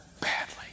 badly